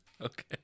Okay